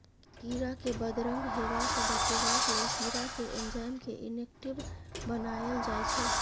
कीरा केँ बदरंग हेबा सँ बचेबाक लेल कीरा केर एंजाइम केँ इनेक्टिब बनाएल जाइ छै